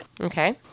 Okay